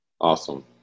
Awesome